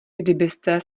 kdybyste